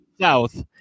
South